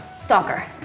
Stalker